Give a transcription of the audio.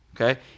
Okay